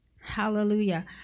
Hallelujah